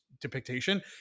depiction